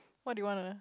what do you wanna